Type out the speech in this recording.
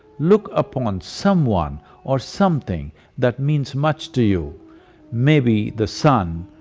look upon someone or something that means much to you may be the sun,